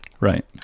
Right